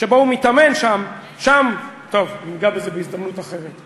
שבו הוא מתאמן, שם, טוב, ניגע בזה בהזדמנות אחרת.